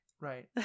Right